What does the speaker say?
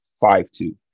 five-two